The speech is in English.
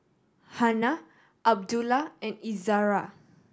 Hana Abdullah and Izzara